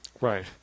Right